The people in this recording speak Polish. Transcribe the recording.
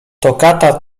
toccata